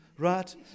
right